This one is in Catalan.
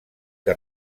que